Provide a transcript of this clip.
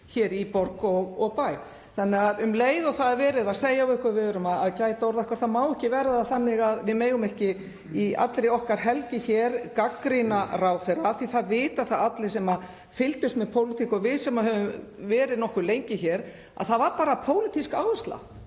hér í borg og bæ. Þannig að um leið og verið er að segja við okkur að við verðum að gæta orða okkar þá má það ekki verða þannig að við megum ekki í allri okkar helgi hér gagnrýna ráðherra, af því það vita það allir sem fylgdust með pólitík og við sem höfum verið nokkuð lengi hér, að það var bara pólitísk áhersla.